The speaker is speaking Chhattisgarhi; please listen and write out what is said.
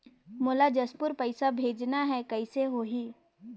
मोला जशपुर पइसा भेजना हैं, कइसे होही?